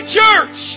church